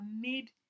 made